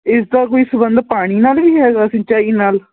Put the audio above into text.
ਇਸ ਦਾ ਕੋਈ ਸੰਬੰਧ ਪਾਣੀ ਨਾਲ ਵੀ ਹੈਗਾ ਸਿੰਚਾਈ ਨਾਲ